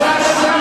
חבר הכנסת